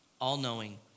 all-knowing